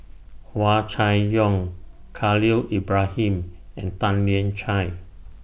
Hua Chai Yong Khalil Ibrahim and Tan Lian Chye